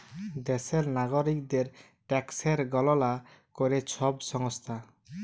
দ্যাশের লাগরিকদের ট্যাকসের গললা ক্যরে ছব সংস্থা